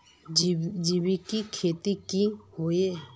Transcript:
जैविक खेती की होय?